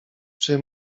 czy